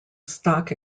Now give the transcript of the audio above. stock